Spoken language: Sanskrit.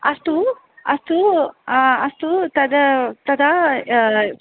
अस्तु अस्तु अस्तु तत् तदा